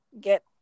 get